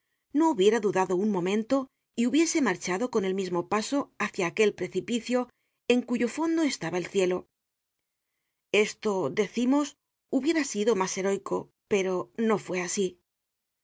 no hubiera dudado un momento y hubiese marehado con el mismo paso hácia aquel precipicio en cuyo fondo estaba el cielo esto decimos hubiera sido mas heroico pero no fue asi es